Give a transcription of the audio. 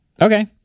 Okay